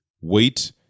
Wait